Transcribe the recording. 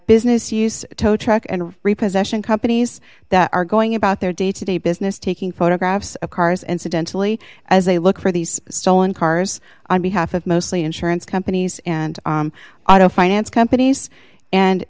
business use a tow truck and repossession companies that are going about their day to day business taking photographs of cars incidentally as they look for these stolen cars on behalf of mostly insurance companies and i don't finance companies and